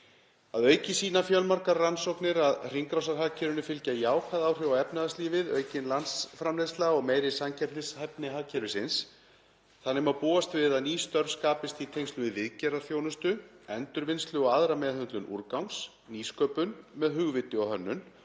Að auki sýna fjölmargar rannsóknir að hringrásarhagkerfinu fylgja jákvæð áhrif á efnahagslífið, aukin landsframleiðsla og meiri samkeppnishæfni hagkerfisins. Þannig má búast við að ný störf skapist í tengslum við viðgerðarþjónustu, endurvinnslu og aðra meðhöndlun úrgangs, nýsköpun, með hugviti og hönnun,